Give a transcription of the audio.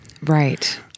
right